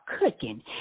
cooking